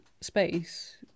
space